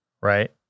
right